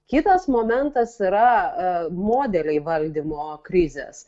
kitas momentas yra modeliai valdymo krizės